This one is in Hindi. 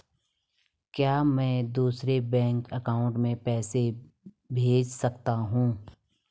क्या मैं दूसरे बैंक अकाउंट में पैसे भेज सकता हूँ?